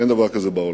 אין דבר כזה בעולם.